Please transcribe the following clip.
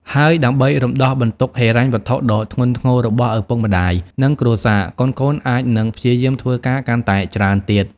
ហើយដើម្បីរំដោះបន្ទុកហិរញ្ញវត្ថុដ៏ធ្ងន់ធ្ងររបស់ឪពុកម្ដាយ និងគ្រួសារ កូនៗអាចនឹងព្យាយមធ្វើការកាន់តែច្រើនទៀត។